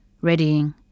readying